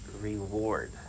reward